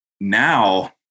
now